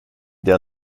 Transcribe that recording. der